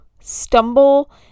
stumble